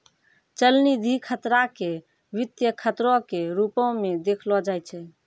चलनिधि खतरा के वित्तीय खतरो के रुपो मे देखलो जाय छै